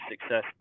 success